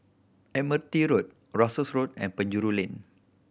Admiralty Road Russels Road and Penjuru Lane